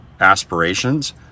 aspirations